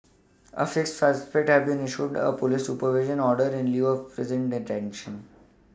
a fifth suspect has been issued a police supervision order in lieu of prison detention